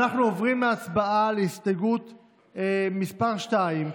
אנחנו עוברים להצבעה על הסתייגות מס' 2,